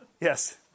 Yes